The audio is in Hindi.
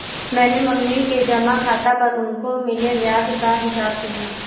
मैंने मम्मी के जमा खाता पर उनको मिले ब्याज का हिसाब किया